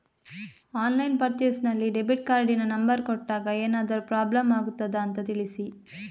Online purchase ನಲ್ಲಿ debit ಕಾರ್ಡಿನ number ಕೊಟ್ಟಾಗ ಏನಾದರೂ ಪ್ರಾಬ್ಲಮ್ ಆಗುತ್ತದ ಅಂತ ತಿಳಿಸಿ?